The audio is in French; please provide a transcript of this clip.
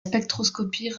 spectroscopie